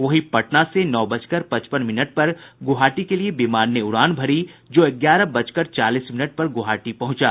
वहीं पटना से नौ बजकर पचपन मिनट पर गुवाहाटी के लिये विमान ने उड़ान भरी जो ग्यारह बजकर चालीस मिनट पर गुवाहाटी पहुंचा